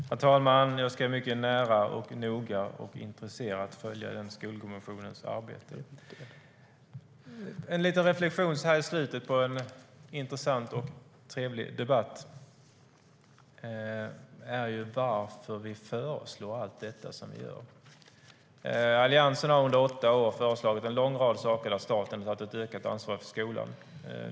Herr talman! Jag ska mycket nära, noga och intresserat följa den skolkommissionens arbete. Jag har en liten reflexion i slutet av denna intressanta och trevliga debatt. Varför föreslår vi allt detta? Alliansen har under åtta år föreslagit en lång rad åtgärder för att staten ska ta ett större ansvar för skolan.